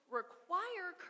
require